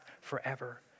forever